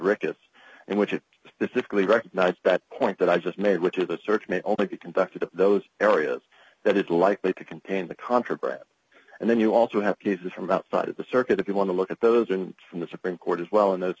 richesse and which is specifically recognize that point that i just made which is a search may only be conducted in those areas that is likely to contain the controversy and then you also have pieces from outside of the circuit if you want to look at those from the supreme court as well and those